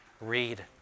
Read